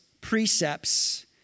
precepts